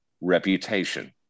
reputation